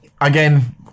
again